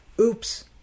oops